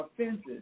offenses